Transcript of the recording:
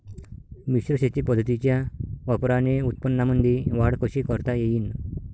मिश्र शेती पद्धतीच्या वापराने उत्पन्नामंदी वाढ कशी करता येईन?